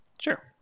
Sure